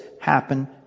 happen